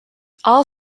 all